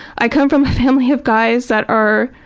i come from a family of guys that are